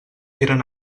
eren